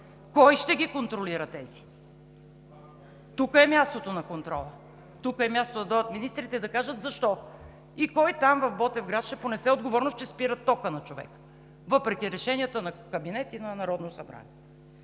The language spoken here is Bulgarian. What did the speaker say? Кой ще ги контролира тези?! Тук е мястото на контрола. Тук е мястото да дойдат министрите и да кажат защо и кой в Ботевград ще понесе отговорност, че спират тока на човека въпреки решенията на Кабинета и на Народното събрание?